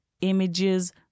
images